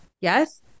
Yes